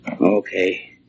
Okay